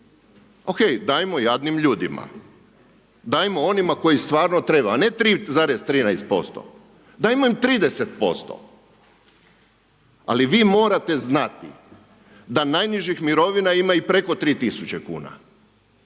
Okej, dajmo jadnim ljudima, dajmo onima kojima stvarno treba, a ne 3,13%, dajmo im 30%, ali vi morate znati da najnižih mirovina ima i preko 3.000,00